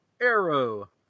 Arrow